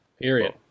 Period